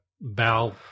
Bow